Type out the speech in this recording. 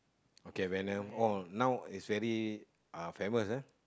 okay Venom oh now it's very uh famous ah